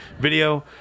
Video